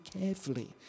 carefully